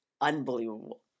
unbelievable